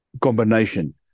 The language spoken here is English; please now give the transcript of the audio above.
combination